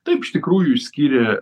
taip iš tikrųjų išskyrė